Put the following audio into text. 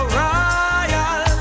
royal